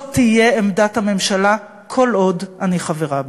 זאת תהיה עמדת הממשלה כל עוד אני חברה בה.